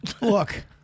look